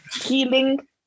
Healing